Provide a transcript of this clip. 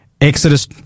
Exodus